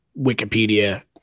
Wikipedia